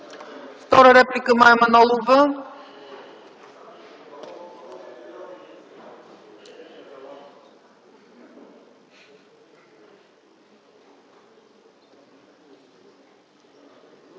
Втора реплика – Мая Манолова.